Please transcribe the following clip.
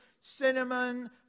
cinnamon